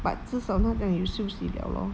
but 至少那等于休息了 lor